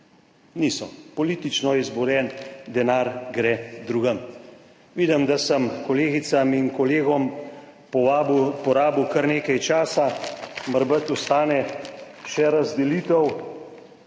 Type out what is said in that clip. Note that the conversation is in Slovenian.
niso politično izborjen, denar gre drugam. Vidim, da sem kolegicam in kolegom porabil kar nekaj časa, morda ostane še razdelitev,